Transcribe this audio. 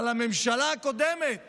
אבל הממשלה הקודמת